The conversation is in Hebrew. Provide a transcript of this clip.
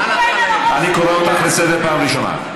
אני קורא אותך לסדר פעם ראשונה.